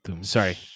Sorry